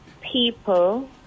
people